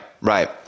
right